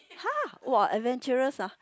!huh! !wah! adventurous ah